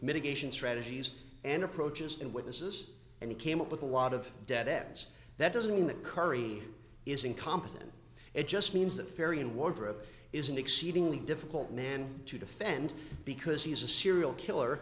mitigation strategies and approaches and witnesses and came up with a lot of dead ends that doesn't mean that curry is incompetent it just means that ferrie in wardrobe is an exceedingly difficult man to defend because he's a serial killer